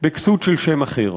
בכסות של שם אחר.